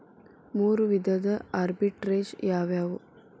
ಮೂರು ವಿಧದ ಆರ್ಬಿಟ್ರೆಜ್ ಯಾವವ್ಯಾವು?